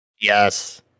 Yes